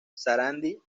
sarandí